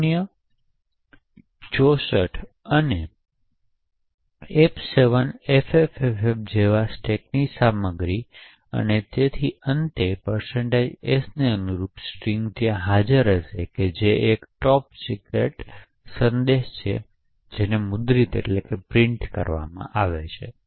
શૂન્ય 64 અને f7 ffff જેવા સ્ટેકની સામગ્રીને અને તેથી અંતે s ને અનુરૂપ તે સ્ટ્રિંગ હશે આ એક top secret સંદેશ મુદ્રિત કરવામાં આવશે